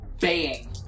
baying